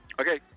Okay